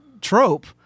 trope